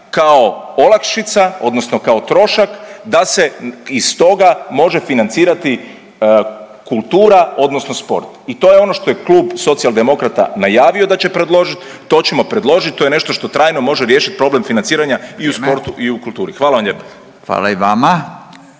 kao olakšica odnosno kao trošak da se iz toga može financirati kultura odnosno sport i to je ono što je Klub Socijaldemokrata najavio da će predložit, to ćemo predložit, to je nešto što trajno može riješit problem financiranja i u sportu i u kulturi…/Upadica Radin: Vrijeme/… hvala vam